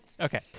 Okay